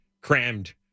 crammed